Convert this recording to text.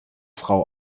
frau